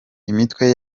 imitwe